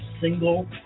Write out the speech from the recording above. single